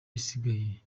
isigaye